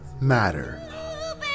matter